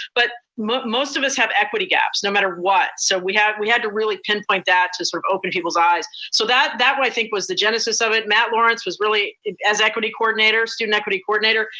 but most most of us have equity gaps, no matter what. so we have, we had to really pinpoint that, to sort of open people's eyes. so that that i think was the genesis of it. matt lawrence was really, as equity coordinator, student equity coordinator,